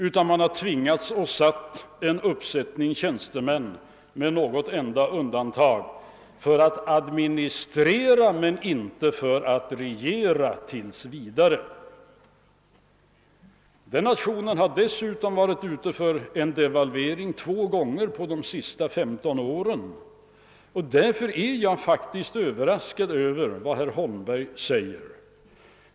Man har tvingats ha en uppsättning tjänstemän, med något enda undantag, för att tills vidare administrera men inte för att regera. Den nationen har dessutom devalverat två gånger under de senaste 15 åren, och därför är jag faktiskt överraskad över herr Holmbergs yttrande.